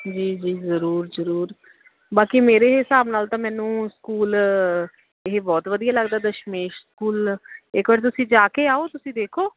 ਜੀ ਜੀ ਜ਼ਰੂਰ ਜ਼ਰੂਰ ਬਾਕੀ ਮੇਰੇ ਹਿਸਾਬ ਨਾਲ ਤਾਂ ਮੈਨੂੰ ਸਕੂਲ ਇਹ ਬਹੁਤ ਵਧੀਆ ਲੱਗਦਾ ਦਸ਼ਮੇਸ਼ ਸਕੂਲ ਇੱਕ ਵਾਰ ਤੁਸੀਂ ਜਾ ਕੇ ਆਓ ਤੁਸੀਂ ਦੇਖੋ